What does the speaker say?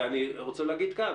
ואני רוצה להגיד כאן,